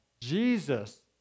Jesus